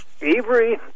Avery